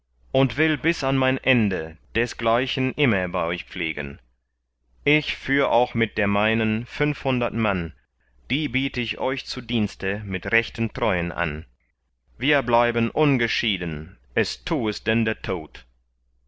und will bis an mein ende desgleichen immer bei euch pflegen ich führ auch mit der meinen fünfhundert mann die biet ich euch zu dienste mit rechten treuen an wir bleiben ungeschieden es tu es denn der tod